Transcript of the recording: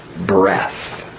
breath